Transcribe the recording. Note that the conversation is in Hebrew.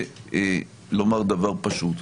אנחנו